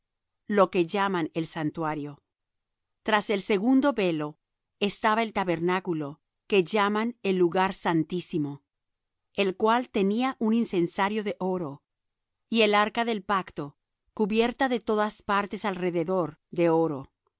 lo que llaman el santuario tras el segundo velo estaba el tabernáculo que llaman el lugar santísimo el cual tenía un incensario de oro y el arca del pacto cubierta de todas partes alrededor de oro